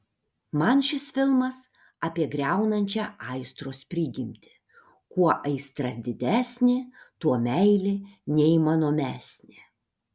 man šis filmas apie griaunančią aistros prigimtį kuo aistra didesnė tuo meilė neįmanomesnė